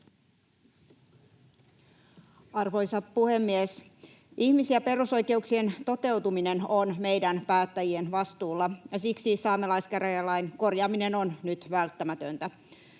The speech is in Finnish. Arvoisa puhemies! Ihmis- ja perusoikeuksien toteutuminen on meidän päättäjien vastuulla, ja siksi saamelaiskäräjälain korjaaminen on nyt välttämätöntä.